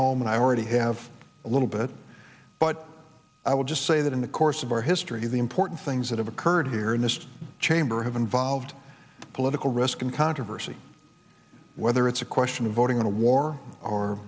home and i already have a little bit but i will just say that in the course of our history the important things that have occurred here in this chamber have involved political risk and controversy whether it's a question of voting on a war or